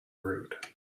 rude